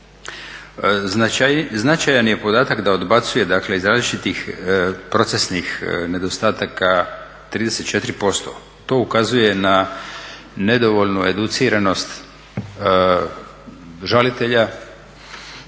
Značajan je podatak da odbacuje dakle iz različitih procesnih nedostataka 34%. To ukazuje na nedovoljnu educiranost žalitelja